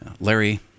Larry